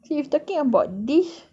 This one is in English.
see if talking about dish